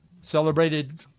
celebrated